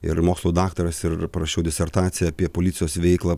ir mokslų daktaras ir parašiau disertaciją apie policijos veiklą